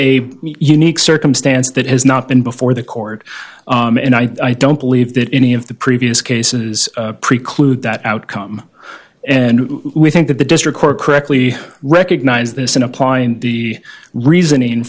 a unique circumstance that has not been before the court and i don't believe that any of the previous cases preclude that outcome and we think that the district court correctly recognized this in applying the reasoning